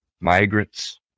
migrants